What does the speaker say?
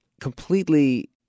Completely